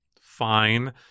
fine